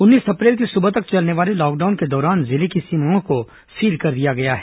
उन्नीस अप्रैल की सुबह तक चलने वाले लॉकडाउन के दौरान जिले की सीमाओं को सील कर दिया गया है